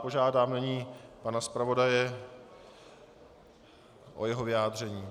Požádám nyní pana zpravodaje o jeho vyjádření.